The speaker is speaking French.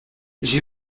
j’ai